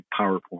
powerpoint